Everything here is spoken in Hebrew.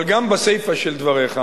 אבל גם בסיפא של דבריך,